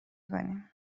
کنیم